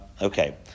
Okay